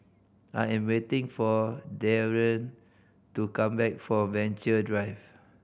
I am waiting for Darrion to come back from Venture Drive